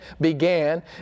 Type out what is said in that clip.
began